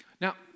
now